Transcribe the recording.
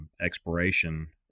expiration